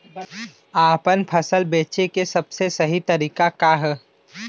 आपन फसल बेचे क सबसे सही तरीका का ह?